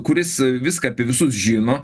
kuris viską apie visus žino